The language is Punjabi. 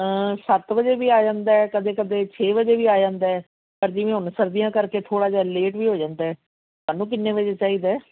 ਸੱਤ ਵਜੇ ਵੀ ਆ ਜਾਂਦਾ ਕਦੇ ਕਦੇ ਛੇ ਵਜੇ ਵੀ ਆ ਜਾਂਦਾ ਆਹ ਜਿਵੇਂ ਹੁਣ ਸਰਦੀਆਂ ਕਰਕੇ ਥੋੜਾ ਜਿਹਾ ਲੇਟ ਵੀ ਹੋ ਜਾਂਦਾ ਥਾਨੂੰ ਕਿੰਨੇ ਵਜੇ ਚਾਹੀਦਾ